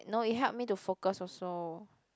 no it helped me to focus also